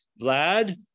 Vlad